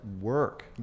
work